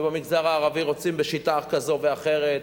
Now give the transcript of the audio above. ובמגזר הערבי רוצים בשיטה כזו ואחרת,